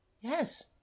Yes